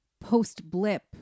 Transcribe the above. post-blip